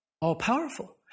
All-powerful